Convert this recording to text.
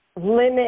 limit